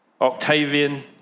Octavian